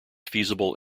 feasible